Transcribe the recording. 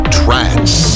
trance